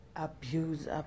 abuse